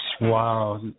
Wow